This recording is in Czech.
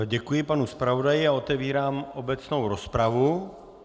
Děkuji panu zpravodaji a otevírám obecnou rozpravu.